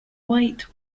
white